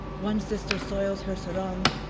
one sister soils her sarong.